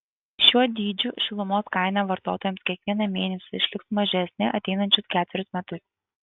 šiuo dydžiu šilumos kaina vartotojams kiekvieną mėnesį išliks mažesnė ateinančius ketverius metus